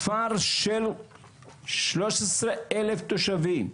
כפר של שלוש עשרה אלף תושבים,